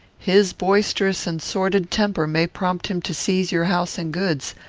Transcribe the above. his boisterous and sordid temper may prompt him to seize your house and goods,